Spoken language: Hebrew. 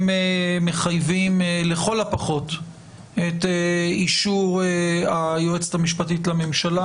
הם מחייבים לכל הפחות את אישור היועצת המשפטית לממשלה,